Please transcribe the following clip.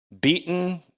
beaten